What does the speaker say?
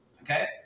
okay